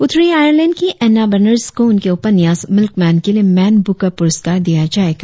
उत्तरी आयरलैंड की Anna Burns को उनके उपन्यास मिल्कमैन के लिए मैन बुकर पुरस्कार दिया जाएगा